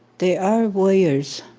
they are warriors.